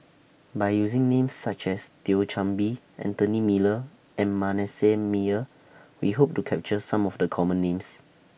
By using Names such as Thio Chan Bee Anthony Miller and Manasseh Meyer We Hope to capture Some of The Common Names